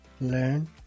learn